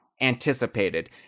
anticipated